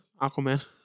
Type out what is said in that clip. Aquaman